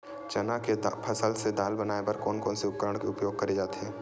चना के फसल से दाल बनाये बर कोन से उपकरण के उपयोग करे जाथे?